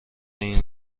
این